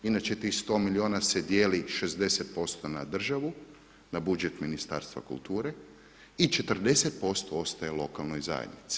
Inače tih 100 milijuna se dijeli 60% na državu, na budžet Ministarstva kulture i 40% ostaje lokalnoj zajednici.